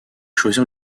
choisir